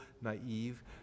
naive